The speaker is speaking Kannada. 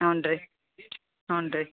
ಹ್ಞೂ ರೀ ಹ್ಞೂ ರೀ